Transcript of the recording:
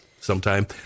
sometime